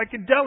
psychedelic